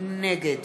נגד